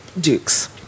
dukes